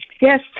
Yes